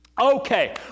Okay